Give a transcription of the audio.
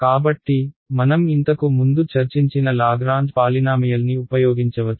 కాబట్టి మనం ఇంతకు ముందు చర్చించిన లాగ్రాంజ్ పాలినామియల్ని ఉపయోగించవచ్చు